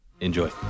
Enjoy